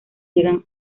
llegan